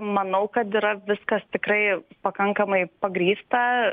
manau kad yra viskas tikrai pakankamai pagrįsta